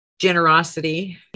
Generosity